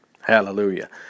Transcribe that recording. hallelujah